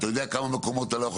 אתה יודע על כמה מקומות אתה לא יכול